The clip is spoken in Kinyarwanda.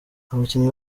abakinnyi